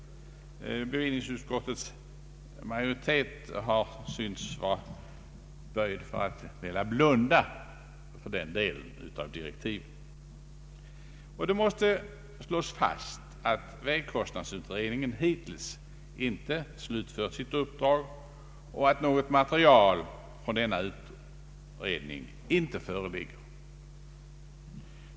Bevillningsutskottets majoritet synes böjd att blunda för den delen av direktiven. Det måste slås fast att vägkostnadsutredningen hittills inte slutfört sitt uppdrag och att något material från denna utredning inte föreligger.